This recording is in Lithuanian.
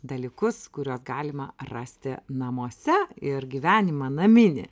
dalykus kuriuos galima rasti namuose ir gyvenimą naminį